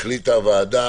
החליטה הוועדה